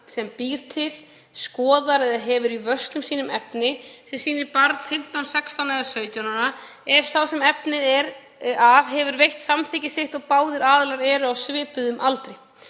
sem býr til, skoðar eða hefur í vörslum sínum efni sem sýnir 15, 16 eða 17 ára barn ef sá sem efnið er af hefur veitt samþykki sitt og báðir aðilar eru á svipuðum aldri